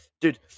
Dude